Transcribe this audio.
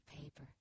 paper